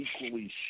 equally